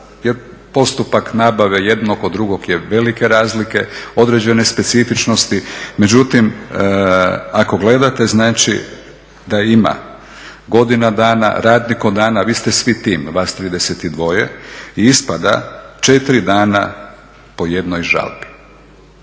jer postupak nabave jednog od drugog je velike razlike, određene specifičnosti. Međutim ako gledate da ima godina dana radnih dana, vi ste tim vas 32 i ispada 4 dana po jednoj žalbi.